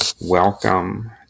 welcome